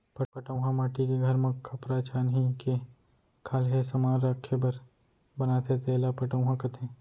पटउहॉं माटी के घर म खपरा छानही के खाल्हे समान राखे बर बनाथे तेला पटउहॉं कथें